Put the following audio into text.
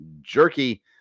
Jerky